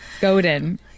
Godin